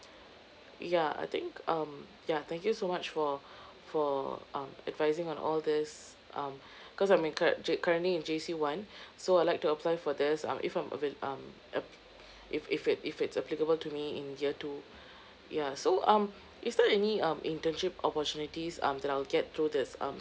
ya I think um ya thank you so much for for um advising on all this um cause I'm in cur~ J currently in J_C one so I'd like to apply for this um if I'm avail~ um um if if it if it's applicable to me in year two ya so um is there any um internship opportunities um that I'll get through this um